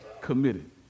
committed